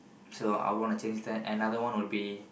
so I would wanna change that another one would be